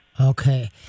Okay